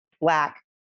black